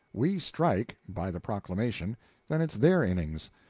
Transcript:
we strike by the proclamation then it's their innings.